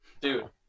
Dude